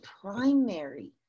primary